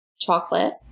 Chocolate